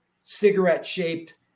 cigarette-shaped